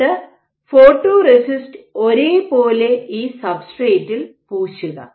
എന്നിട്ട് ഫോട്ടോറെസിസ്റ്റ് ഒരേപോലെ ഈ സബ്സ്ട്രേറ്റിൽ പൂശുക